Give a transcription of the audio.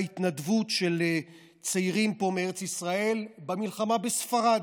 בהתנדבות של צעירים פה מארץ ישראל במלחמה בספרד.